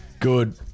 Good